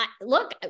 look